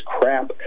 crap